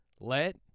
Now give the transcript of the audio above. Let